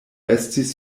estis